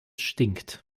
stinkt